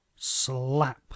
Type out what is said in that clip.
SLAP